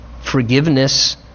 forgiveness